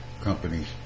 companies